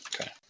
Okay